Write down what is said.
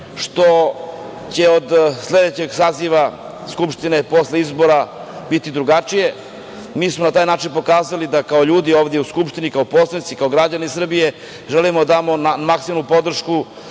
što će od sledećeg saziva Skupštine, posle izbora, biti drugačije. Mi smo na taj način pokazali da kao ljudi ovde u Skupštini, kao poslanici, kao građani Srbije, želimo da damo maksimalnu podršku